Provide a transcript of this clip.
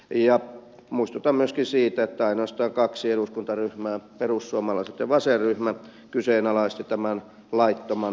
ja muistutan myöskin siitä että ainoastaan kaksi eduskuntaryhmää perussuomalaiset ja vasenryhmä kyseenalaisti tämän laittoman salaamispäätöksen